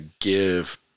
give